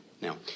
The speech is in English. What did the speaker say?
now